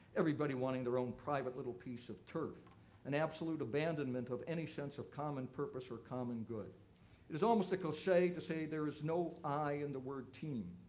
everybody wanting their own private little piece of turf and absolute abandonment of any sense of common purpose or common good. it is almost a cliche to say that there is no i in the word team.